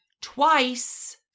twice